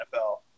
NFL